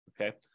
Okay